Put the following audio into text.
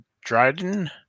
Dryden